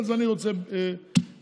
אז אני רוצה ד',